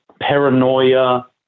paranoia